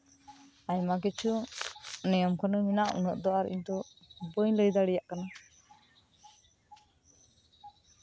ᱟᱭᱢᱟ ᱠᱤᱪᱷᱩ ᱱᱤᱭᱚᱢ ᱠᱟᱹᱱᱩᱱ ᱢᱮᱱᱟᱜᱼᱟ ᱩᱱᱟᱹᱜ ᱫᱚ ᱟᱨ ᱤᱧ ᱫᱚ ᱵᱟᱹᱧ ᱞᱟᱹᱭ ᱫᱟᱲᱮᱭᱟᱜ ᱠᱟᱱᱟ